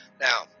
Now